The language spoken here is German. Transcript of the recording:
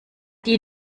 die